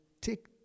take